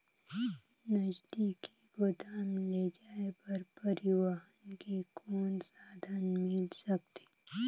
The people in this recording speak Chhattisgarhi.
नजदीकी गोदाम ले जाय बर परिवहन के कौन साधन मिल सकथे?